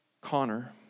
Connor